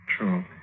True